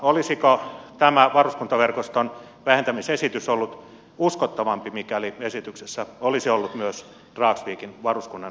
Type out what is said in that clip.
olisiko tämä varuskuntaverkoston vähentämisesitys ollut uskottavampi mikäli esityksessä olisi ollut myös dragsvikin varuskunnan yhdistäminen upinniemeen